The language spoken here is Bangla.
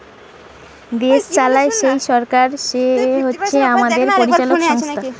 দেশ চালায় যেই সরকার সে হচ্ছে আমাদের পরিচালক সংস্থা